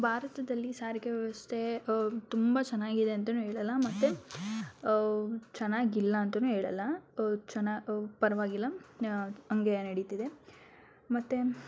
ಭಾರತದಲ್ಲಿ ಸಾರಿಗೆ ವ್ಯವಸ್ಥೆ ತುಂಬ ಚೆನ್ನಾಗಿದೆ ಅಂತನೂ ಹೇಳಲ್ಲ ಮತ್ತು ಚೆನ್ನಾಗಿಲ್ಲ ಅಂತನೂ ಹೇಳಲ್ಲ ಚೆನ್ನ ಪರವಾಗಿಲ್ಲ ಹಂಗೆ ನಡೀತಿದೆ ಮತ್ತೆ